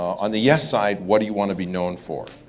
on the yes side, what do you want to be known for?